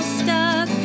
stuck